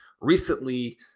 recently